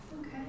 Okay